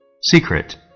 Secret